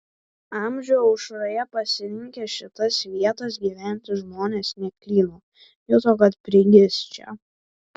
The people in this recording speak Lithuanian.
amžių aušroje pasirinkę šitas vietas gyventi žmonės neklydo juto kad prigis čia